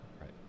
right